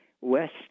West